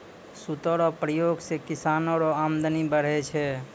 सूता रो प्रयोग से किसानो रो अमदनी बढ़ै छै